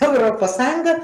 europos sąjunga